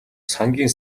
сангийн